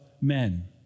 men